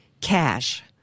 Cash